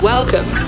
Welcome